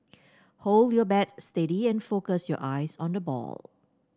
hold your bat steady and focus your eyes on the ball